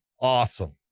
awesome